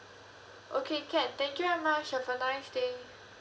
okay can thank you very much have a nice day